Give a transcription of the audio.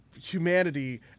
humanity